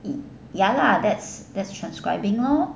ya lah that's that's transcribing lor